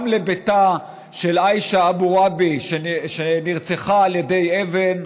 גם לביתה של עאישה א-ראבי, שנרצחה על ידי אבן,